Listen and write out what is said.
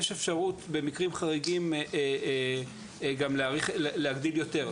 יש אפשרות במקרים חריגים גם לתת יותר.